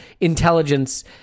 intelligence